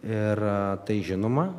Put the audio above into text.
ir tai žinoma